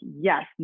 yes